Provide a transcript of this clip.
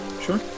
Sure